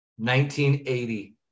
1980